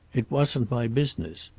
it wasn't my business.